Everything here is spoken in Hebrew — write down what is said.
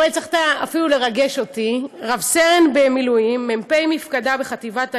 יש לך תיק חינוך, אתה עושה את זה דרך אגב לא